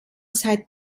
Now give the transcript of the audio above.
side